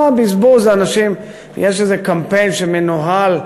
מה, בזבוז, יש איזה קמפיין שמנוהל,